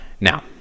Now